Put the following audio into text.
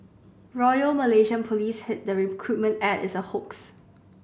Royal Malaysian Police said the recruitment ad is a hoax